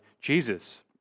Jesus